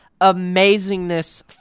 amazingness